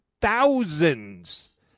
thousands